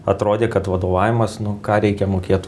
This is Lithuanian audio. atrodė kad vadovavimas nu ką reikia mokėt